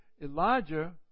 Elijah